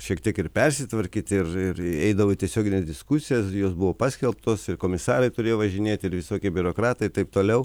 šiek tiek ir persitvarkyti ir ir eidavo į tiesiogines diskusijas jos buvo paskelbtos ir komisarai turėjo važinėti ir visokie biurokratai taip toliau